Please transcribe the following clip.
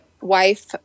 wife